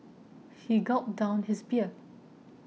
he gulped down his beer